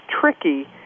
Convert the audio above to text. tricky